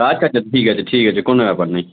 আচ্ছা আচ্ছা ঠিক আছে ঠিক আছে কোনো ব্যাপার নেই